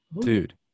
Dude